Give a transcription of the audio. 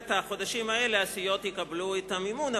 החודשים האלה הסיעות יקבלו את המימון.